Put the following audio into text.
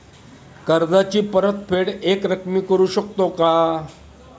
कर्जाची परतफेड एकरकमी करू शकतो का?